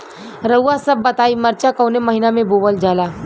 रउआ सभ बताई मरचा कवने महीना में बोवल जाला?